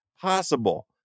possible